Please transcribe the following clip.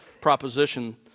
proposition